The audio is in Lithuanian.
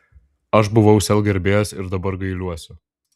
aš buvau sel gerbėjas ir dabar gailiuosi